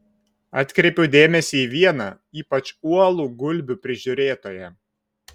atkreipiau dėmesį į vieną ypač uolų gulbių prižiūrėtoją